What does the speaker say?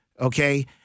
okay